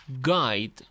guide